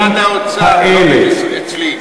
זה עכשיו אצלכם, זה במשרד האוצר, לא אצלי.